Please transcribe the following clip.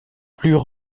plus